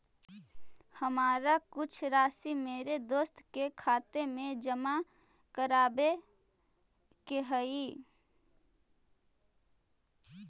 हमारा कुछ राशि मेरे दोस्त के खाते में जमा करावावे के हई